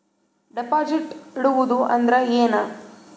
Deposit ಇಡುವುದು ಅಂದ್ರ ಏನ?